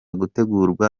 gutegurwa